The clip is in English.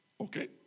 okay